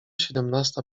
siedemnasta